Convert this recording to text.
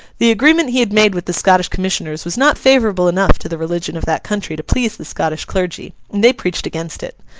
the agreement he had made with the scottish commissioners was not favourable enough to the religion of that country to please the scottish clergy and they preached against it.